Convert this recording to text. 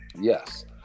Yes